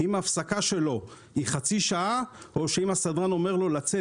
אם ההפסקה שלו היא חצי שעה או שאם הסדרן אומר לו לצאת